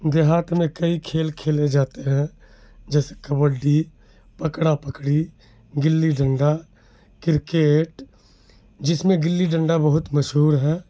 دیہات میں کئی کھیل کھیلے جاتے ہیں جیسے کبڈی پکڑا پکڑی گلی ڈنڈا کرکٹ جس میں گلی ڈنڈا بہت مشہور ہے